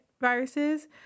viruses